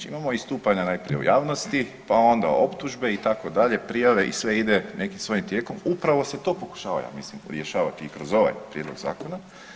Imamo istupanja najprije u javnosti, pa onda optužbe itd., prijave i sve ide nekim svojim tijekom upravo se to pokušava ja mislim rješavati i kroz ovaj prijedlog zakona.